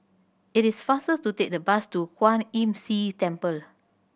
it is faster to take the bus to Kwan Imm See Temple